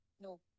no